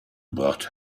gebracht